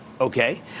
okay